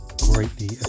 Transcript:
greatly